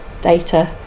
data